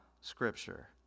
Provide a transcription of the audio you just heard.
Scripture